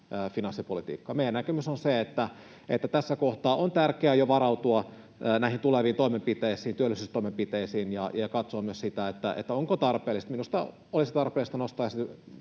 finanssipolitiikkaan. Meidän näkemyksemme on se, että tässä kohtaa on tärkeää jo varautua näihin tuleviin työllisyystoimenpiteisiin ja katsoa myös sitä, ovatko ne tarpeellisia. Minusta olisi tarpeellista nostaa